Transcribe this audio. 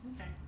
Okay